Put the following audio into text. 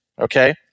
okay